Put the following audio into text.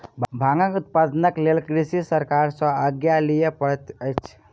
भांगक उत्पादनक लेल कृषक सरकार सॅ आज्ञा लिअ पड़ैत अछि